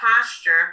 posture